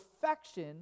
perfection